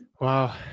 Wow